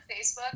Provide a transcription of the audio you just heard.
Facebook